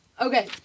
Okay